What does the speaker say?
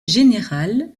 général